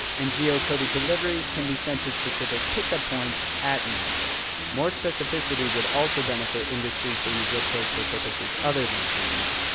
and geocoded deliveries can be sent to specific pick-up points at an address. more specificity would also benefit industries that use zip codes for purposes other than sending mail,